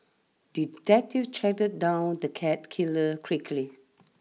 detective tracked down the cat killer quickly